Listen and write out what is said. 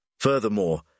Furthermore